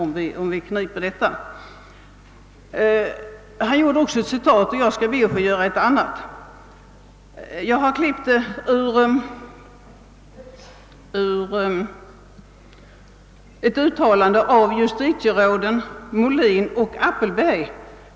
Jag vill också anföra ett citat — det gäller ett uttalande av justitieråden Molin och Appelberg.